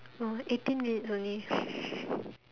oh eighteen minutes only